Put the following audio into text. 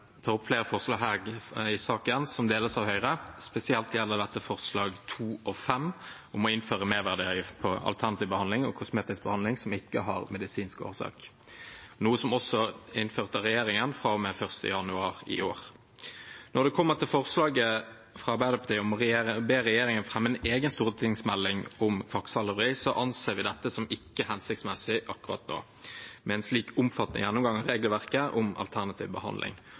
tar opp flere forslag i saken der Høyre deler syn, spesielt gjelder dette nr. 2 og 5 i representantforslaget, om å innføre merverdiavgift på alternativ behandling og kosmetisk behandling som ikke har medisinsk årsak, noe som også er innført av regjeringen fra og med 1. januar i år. Når det kommer til forslaget fra Arbeiderpartiet om å be regjeringen fremme en egen stortingsmelding om kvakksalveri, anser vi det ikke som hensiktsmessig akkurat nå med en slik omfattende gjennomgang av regelverket om alternativ behandling.